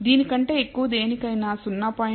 దీని కంటే ఎక్కువ దేనికైనా 0